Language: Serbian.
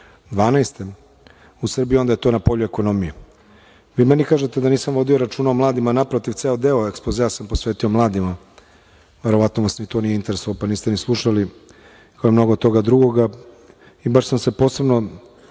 u Srbiji, onda je to na polju ekonomije. Vi meni kažete da nisam vodio računa o mladima. Naprotiv, ceo deo ekspozea sam posvetio mladima. Verovatno vas ni to nije interesovalo, pa niste ni slušali, kao i mnogo toga drugoga. Baš sam se posebno